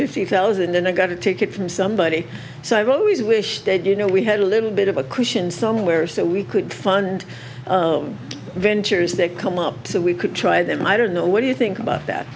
fifty thousand then i got to take it from somebody so i've always wished that you know we had a little bit of a cushion somewhere so we could fund ventures that come up so we could try them i don't know what do you think about that